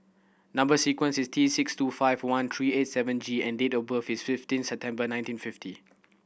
number sequence is T six two five one three eight seven G and date of birth is fifteen September nineteen fifty